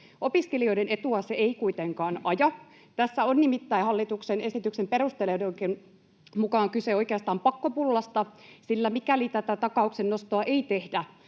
Opiskelijoiden etua se ei kuitenkaan aja. Tässä on nimittäin hallituksen esityksen perusteluidenkin mukaan kyse oikeastaan pakkopullasta, sillä mikäli tätä takauksen nostoa ei tehdä,